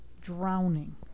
drowning